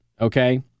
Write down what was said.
okay